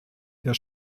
der